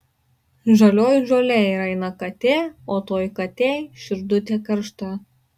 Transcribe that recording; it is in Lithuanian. žalioj žolėj raina katė o toj katėj širdutė karšta